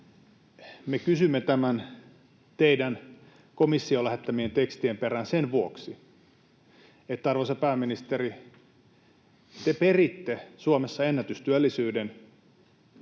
Me kysymme näiden teidän komissiolle lähettämienne tekstien perään sen vuoksi, että, arvoisa pääministeri, te peritte Suomessa ennätystyöllisyyden